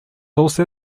also